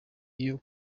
iyo